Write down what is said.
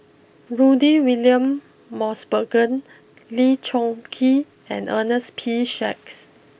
Rudy William Mosbergen Lee Choon Kee and Ernest P Shanks